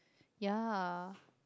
ya